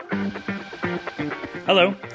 Hello